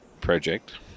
project